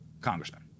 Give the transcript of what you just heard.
Congressman